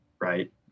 right